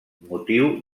motiu